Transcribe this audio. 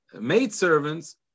maidservants